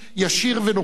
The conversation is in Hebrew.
ישיר ונוקב,